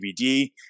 DVD